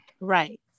Right